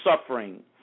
suffering